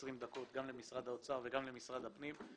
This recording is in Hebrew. דקות גם למשרד האוצר וגם למשרד הפנים.